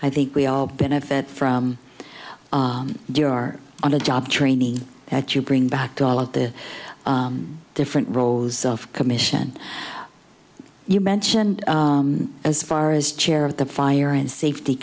i think we all benefit from your on the job training that you bring back to all of the different roles of commission you mentioned as far as chair of the fire and safety